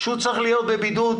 שהוא צריך להיות בבידוד,